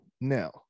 Now